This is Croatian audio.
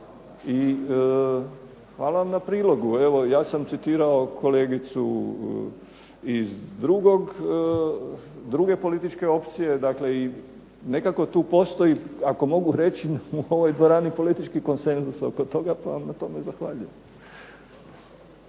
hvala vam na prilogu. Ja sam citirao kolegicu iz druge političke opcije i nekako tu postoji, ako mogu reći u ovoj dvorani politički konsenzus oko toga pa onda tome zahvaljujem.